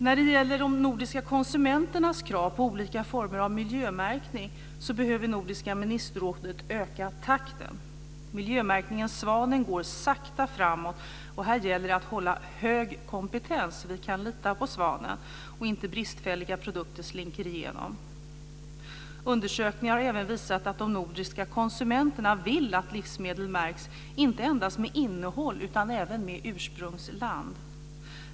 När det gäller de nordiska konsumenternas krav på olika former av miljömärkning behöver Nordiska ministerrådet öka takten. Miljömärkningen Svanen går sakta framåt, och här gäller det att hålla hög kompetens så att vi kan lita på Svanen och så att inte bristfälliga produkter slinker igenom. Undersökningar har även visat att de nordiska konsumenterna vill att livsmedel märks inte endast med innehåll utan även med ursprungsland.